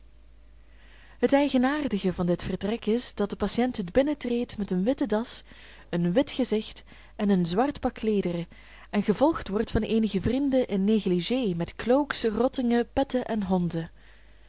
het eigenaardige van dit vertrek is dat de patiënt het binnentreedt met een witte das een wit gezicht en een zwart pak kleederen en gevolgd wordt van eenige vrienden in négligé met cloaks rottingen petten en honden